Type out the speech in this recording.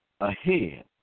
ahead